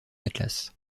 atlas